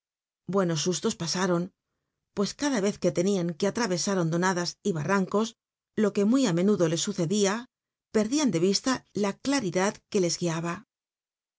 bueno ustos pa aron llllcs cada vez que lcnian que atravesar hondonadas y barrancos lo que mn l á menudo le nrcdia perdían de isla la claridad fllic les guiaba